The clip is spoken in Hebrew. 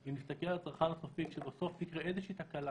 אם נסתכל על הצרכן הסופי, כשתקרה איזושהי תקלה